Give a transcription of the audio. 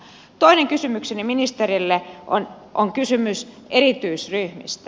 toinen kysymykseni ministerille on kysymys erityisryhmistä